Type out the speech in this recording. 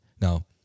Now